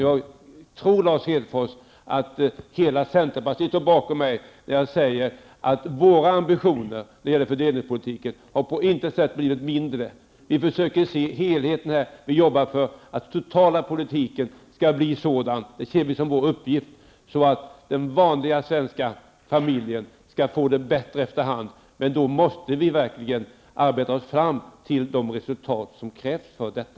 Jag tror att hela centern står bakom mig när jag säger att våra ambitioner när det gäller fördelningspolitiken på intet sätt har blivit mindre. Vi försöker se helheten och jobba för att den totala politiken skall bli sådan -- det ser vi som vår uppgift -- att den vanliga svenska familjen får det bättre efter hand. Men då måste vi verkligen arbeta oss fram till de resultat som krävs för detta.